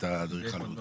את האדריכלות.